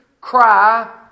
cry